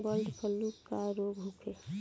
Bird flu का रोग होखे?